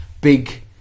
big